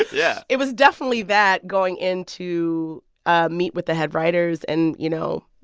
yeah it was definitely that going in to ah meet with the head writers and, you know,